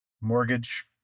mortgage